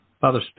Father